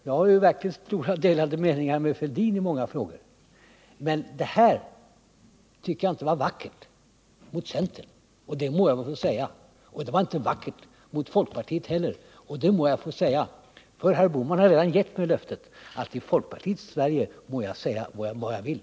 Jag har verkligen helt andra uppfattningar än Thorbjörn Fälldin i många frågor, men det här tycker jag inte var vackert gjort mot centern. Och det må jag få säga. Det var inte heller vackert gjort mot folkpartiet, och det må jag få säga, för Gösta Bohman har redan gett mig löftet att i folkpartiets Sverige må jag säga vad jag vill.